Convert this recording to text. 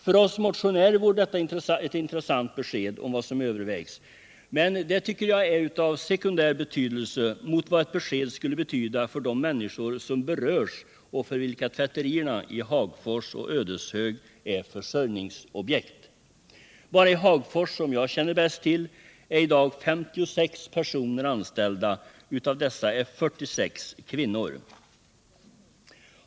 För oss motionärer vore ett besked om vad som övervägs intressant, men det är av sekundär betydelse jämfört med vad ett besked skulle betyda för de människor som berörs och för vilka tvätterierna i Hagfors och Ödeshög är försörjningsobjekt. Bara i Hagfors, som jag känner bäst till, är i dag 56 personer anställda. Av dessa är 46 kvinnor.